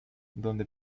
donde